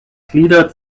gliedert